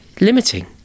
limiting